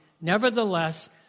Nevertheless